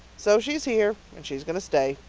so she's here and she's going to stay.